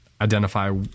identify